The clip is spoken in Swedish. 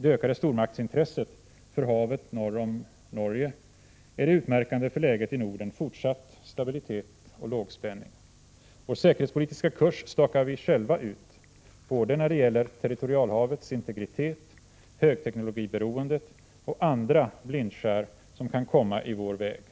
ökade stormaktsintresset för havet norr om Norge är det utmärkande för läget i Norden fortsatt stabilitet och lågspänning. Vår säkerhetspolitiska kurs stakar vi själva ut både när det gäller territorialhavets integritet, högteknologiberoendet och andra blindskär som kan komma i vår väg.